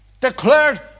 declared